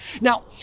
Now